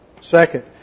Second